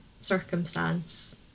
circumstance